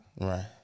right